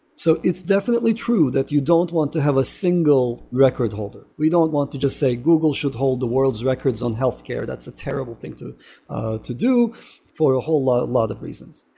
so it's definitely true that you don't want to have a single record holder. we don't want to just say, google should hold the world's records on healthcare. that's a terrible thing to to do for a whole lot lot of reasons